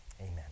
Amen